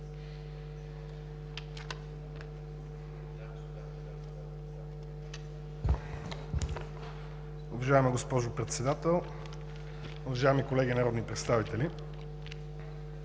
Уважаема госпожо Председател, уважаеми колеги народни представители!